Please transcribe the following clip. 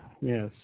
yes